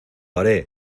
haré